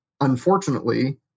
unfortunately